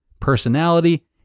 personality